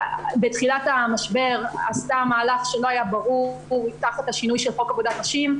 בתחילת המשבר עשתה הממונה מהלך לא ברור תחת השינוי של חוק עבודת נשים,